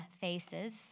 faces